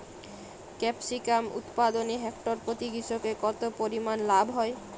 Capsicum উৎপাদনে hectare প্রতি কৃষকের কত পরিমান লাভ হয়?